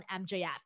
MJF